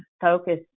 focus